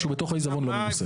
מה שבתוך העיזבון לא ממוסה.